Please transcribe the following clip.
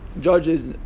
judges